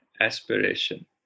aspiration